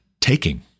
taking